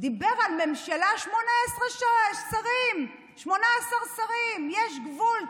דיבר על ממשלה, 18 שרים, 18 שרים, יש גבול.